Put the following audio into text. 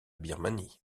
birmanie